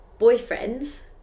boyfriends